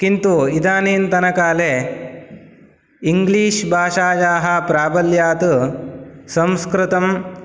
किन्तु इदानीन्तन काले इङ्गलीश् भाषायाः प्राबल्यात् संस्कृतं